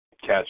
catch